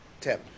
Tim